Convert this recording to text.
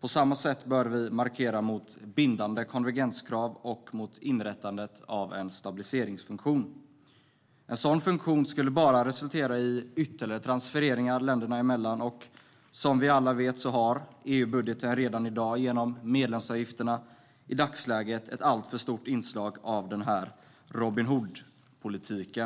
På samma sätt bör vi markera mot bindande konvergenskrav och mot inrättandet av en stabiliseringsfunktion. En sådan funktion skulle bara resultera i ytterligare transfereringar länderna emellan. Som vi alla vet har EU-budgeten redan i dag genom medlemsavgifterna ett alltför stort inslag av denna Robin Hood-politik.